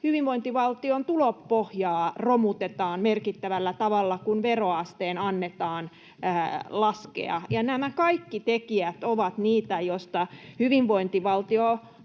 hyvinvointivaltion tulopohjaa romutetaan merkittävällä tavalla, kun veroasteen annetaan laskea. Nämä kaikki tekijät ovat niitä, joista hyvinvointivaltio